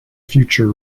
future